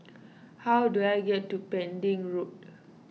how do I get to Pending Road